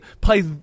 play